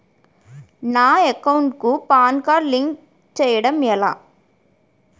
నా అకౌంట్ కు PAN card link చేయడం ఎలా?